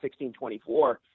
1624